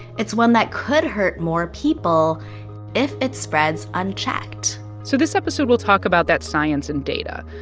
it's one that could hurt more people if it spreads unchecked so this episode, we'll talk about that science and data,